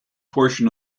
portion